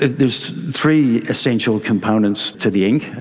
there's three essential components to the ink.